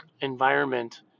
environment